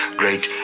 great